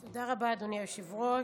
תודה רבה, אדוני היושב-ראש.